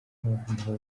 abantu